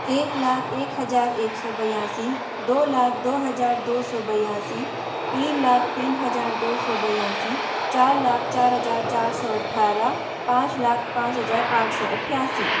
एक लाख एक हजार एक सौ बयासी दो लाख दो हजार दो सौ बयासी तीन लाख तीन हजार दो सौ बयासी चार लाख चार हजार चार सौ अठारह पाँच लाख पाँच हजार आठ सो अठासी